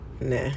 Nah